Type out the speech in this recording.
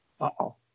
Uh-oh